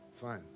fine